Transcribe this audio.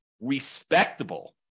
respectable